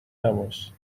نباش